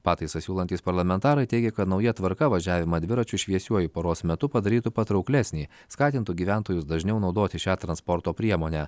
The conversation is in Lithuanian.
pataisą siūlantys parlamentarai teigia kad nauja tvarka važiavimą dviračiu šviesiuoju paros metu padarytų patrauklesnį skatintų gyventojus dažniau naudoti šią transporto priemonę